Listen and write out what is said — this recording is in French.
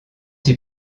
s’y